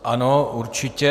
Ano, určitě.